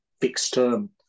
fixed-term